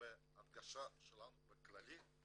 שלנו בכללי,